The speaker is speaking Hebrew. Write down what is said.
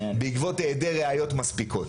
בעקבות היעדר ראיות מספיקות,